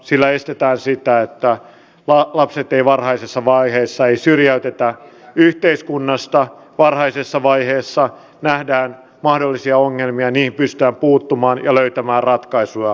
sillä varmistetaan sitä että lapsia ei varhaisessa vaiheessa syrjäytetä yhteiskunnasta varhaisessa vaiheessa nähdään mahdollisia ongelmia niihin pystytään puuttumaan ja löytämään ratkaisuja